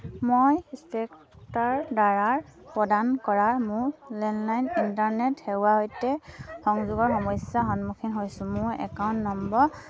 মই স্পেক্ট্ৰাৰদ্বাৰা প্ৰদান কৰা মোৰ লেণ্ডলাইন ইণ্টাৰনেট সেৱাৰ সৈতে সংযোগৰ সমস্যাৰ সন্মুখীন হৈছোঁ মোৰ একাউণ্ট নম্বৰ